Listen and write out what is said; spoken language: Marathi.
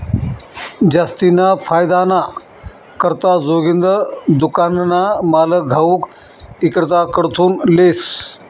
जास्तीना फायदाना करता जोगिंदर दुकानना माल घाऊक इक्रेताकडथून लेस